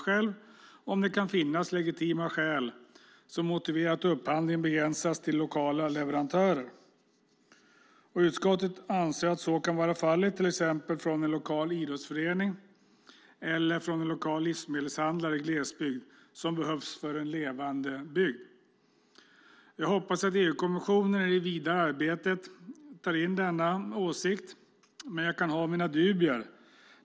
Det gäller om det kan finnas legitima skäl som motiverar att upphandlingen begränsas till lokala leverantörer. Utskottet anser att så kan vara fallet, till exempel från en lokal idrottsförening eller från en lokal livsmedelshandlare i glesbygd som behövs för en levande bygd. Jag hoppas att EU-kommissionen i det vidare arbetet tar in denna åsikt, men jag kan ha mina dubier.